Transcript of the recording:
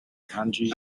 kanji